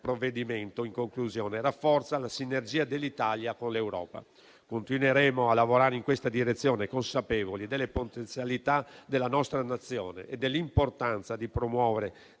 provvedimento, in conclusione, rafforza la sinergia dell'Italia con l'Europa. Continueremo a lavorare in tale direzione, consapevoli delle potenzialità della nostra Nazione e dell'importanza di promuovere